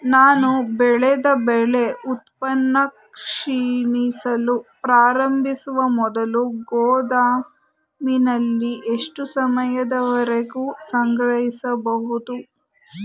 ನಾನು ಬೆಳೆದ ಬೆಳೆ ಉತ್ಪನ್ನ ಕ್ಷೀಣಿಸಲು ಪ್ರಾರಂಭಿಸುವ ಮೊದಲು ಗೋದಾಮಿನಲ್ಲಿ ಎಷ್ಟು ಸಮಯದವರೆಗೆ ಸಂಗ್ರಹಿಸಬಹುದು?